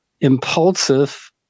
impulsive